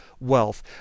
wealth